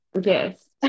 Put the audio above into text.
Yes